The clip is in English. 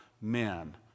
men